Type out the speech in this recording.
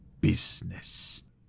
business